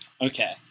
Okay